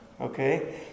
Okay